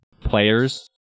players